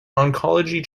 oncology